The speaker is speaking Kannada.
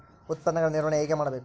ಉತ್ಪನ್ನಗಳ ನಿರ್ವಹಣೆ ಹೇಗೆ ಮಾಡಬೇಕು?